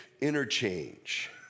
interchange